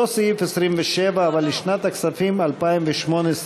אותו סעיף 27 אבל לשנת הכספים 2018,